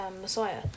Messiah